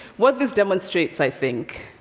what this demonstrates, i think,